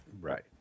Right